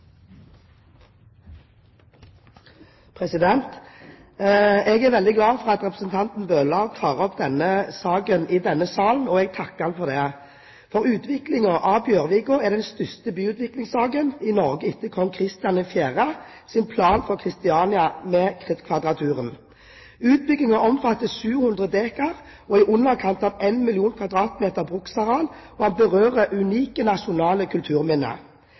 Jeg er veldig glad for at representanten Bøhler tar opp denne saken i denne salen, og jeg takker ham for det. For utviklingen av Bjørvika er den største byutviklingssaken i Norge etter kong Christian 4. sin plan for Christiania med Kvadraturen. Utbyggingen omfatter 700 dekar og i underkant av én million kvadratmeter bruksareal, og den berører unike nasjonale kulturminner.